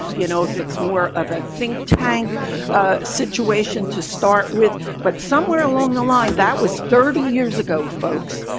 you know, if it's more of a think tank situation to start with. but somewhere along the line, that was thirty years ago, folks,